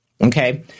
okay